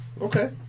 Okay